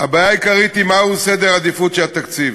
הבעיה העיקרית היא: מה הוא סדר העדיפויות של התקציב?